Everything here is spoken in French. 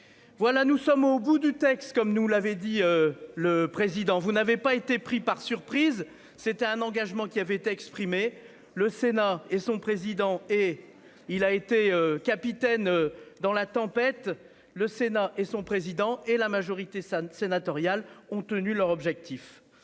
Voilà, nous sommes au bout du texte comme nous vous l'avez dit le président. Vous n'avez pas été pris par surprise, c'était un engagement qui avait exprimé le sénat et son président et il a été Capitaine dans la tempête, le Sénat et son président et la majorité ça sénatoriale ont tenu leur objectif.